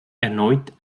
erneut